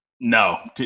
No